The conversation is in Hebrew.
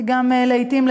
ולעתים,